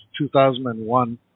2001